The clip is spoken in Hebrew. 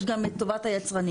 יש גם את טובת היצרנים.